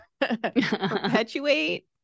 perpetuate